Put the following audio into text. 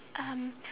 um